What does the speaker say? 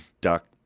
duck